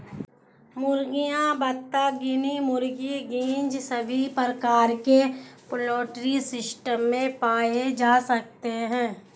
मुर्गियां, बत्तख, गिनी मुर्गी, गीज़ सभी प्रकार के पोल्ट्री सिस्टम में पाए जा सकते है